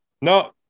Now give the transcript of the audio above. no